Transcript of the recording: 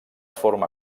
forma